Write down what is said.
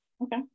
Okay